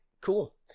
cool